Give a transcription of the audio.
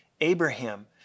Abraham